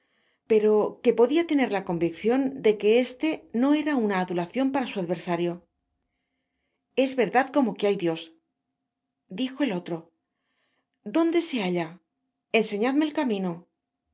pero que podia tener la conviccion de que este no era una adulacion para su adversario es verdad como hay dios dijo el otro dónde se halla enseñadme el camino